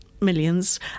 millions